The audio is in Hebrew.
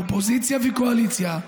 אופוזיציה וקואליציה,